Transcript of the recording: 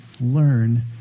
learn